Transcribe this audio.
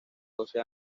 doce